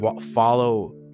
Follow